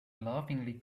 laughingly